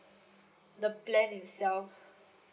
the plan itself